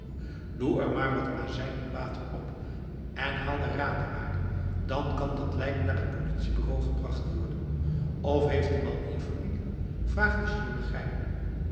doe er maar wat azijn en water op en haal een raderbaar dan kan dat lijk naar t politiebureau gebracht worden of heeft de man hier familie vraagt de chirurgijn